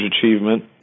achievement